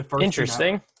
Interesting